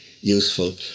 useful